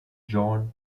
john